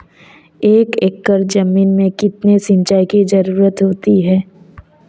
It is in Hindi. एक एकड़ ज़मीन में कितनी सिंचाई की ज़रुरत होती है?